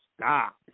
Stop